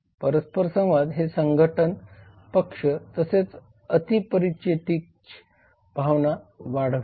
परस्पर संवाद हे संघटन पक्ष तसेच अतिपरिचितेचि भावना वाढविते